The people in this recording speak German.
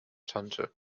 tante